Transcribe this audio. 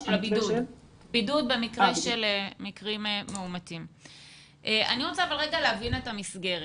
אני רוצה להבין את המסגרת.